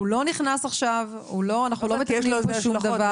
הוא לא נכנס עכשיו, אנחנו לא מתקנים פה שום דבר.